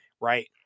right